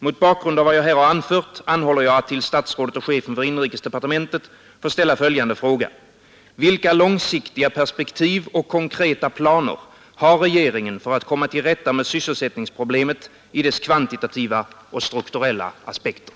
Mot bakgrund av vad här anförts anhåller jag att till herr inrikesministern få ställa följande fråga: Vilka långsiktiga perspektiv och konkreta planer har regeringen för att komma till rätta med sysselsättningsproblemet med dess kvantitativa och strukturella sidor?